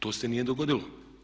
To se nije dogodilo.